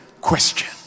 question